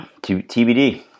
TBD